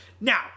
Now